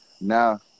Now